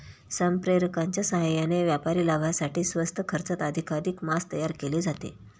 संप्रेरकांच्या साहाय्याने व्यापारी लाभासाठी स्वस्त खर्चात अधिकाधिक मांस तयार केले जाते